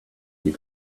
you